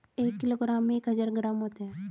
एक किलोग्राम में एक हजार ग्राम होते हैं